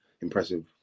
impressive